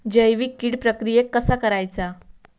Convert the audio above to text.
जैविक कीड प्रक्रियेक कसा करायचा?